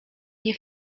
nie